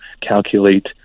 calculate